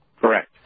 Correct